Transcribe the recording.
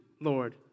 Lord